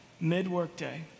mid-workday